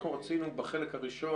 אנחנו רצינו בחלק הראשון,